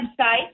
website